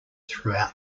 throughout